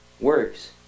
works